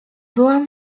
była